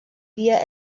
dia